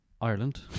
Ireland